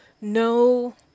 no